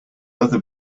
other